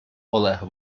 олег